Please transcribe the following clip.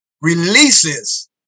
releases